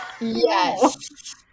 Yes